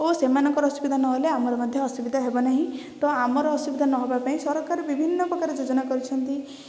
ଓ ସେମାନଙ୍କର ଅସୁବିଧା ନ ହେଲେ ଆମର ମଧ୍ୟ ଅସୁବିଧା ହେବ ନାହିଁ ତ ଆମର ଅସୁବିଧା ନ ହେବା ପାଇଁ ସରକାର ବିଭିନ୍ନ ପ୍ରକାର ଯୋଜନା କରିଛନ୍ତି